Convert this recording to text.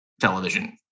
television